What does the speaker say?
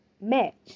match